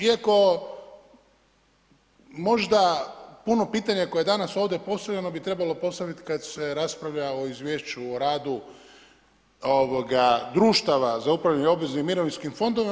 Iako možda puno pitanja koje je danas ovdje postavljeno bi trebalo postaviti kad se raspravlja o izvješću o radu društava za upravljanje obveznim mirovinskim fondovima.